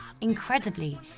Incredibly